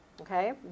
Okay